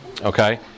Okay